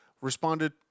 responded